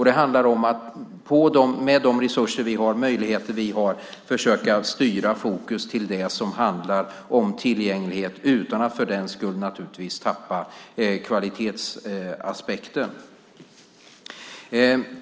Det handlar om att med de resurser och de möjligheter vi har försöka styra fokus till det som handlar om tillgänglighet, naturligtvis utan att för den skull tappa kvalitetsaspekten.